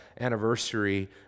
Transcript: anniversary